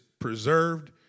preserved